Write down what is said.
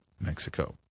Mexico